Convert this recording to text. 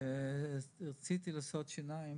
כאשר רציתי שיהיו טיפולי שיניים